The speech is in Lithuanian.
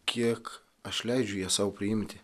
kiek aš leidžiu ją sau priimti